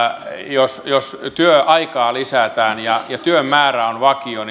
jos jos työaikaa lisätään ja ja työn määrä on vakio